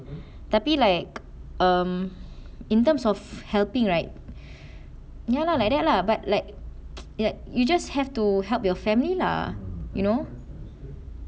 tapi like um in terms of helping right ya lah like that lah but like like you just have to help your family lah you know